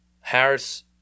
Harris